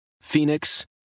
Phoenix